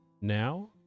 Now